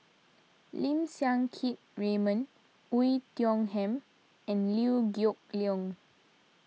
Lim Siang Keat Raymond Oei Tiong Ham and Liew Geok Leong